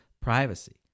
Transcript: privacy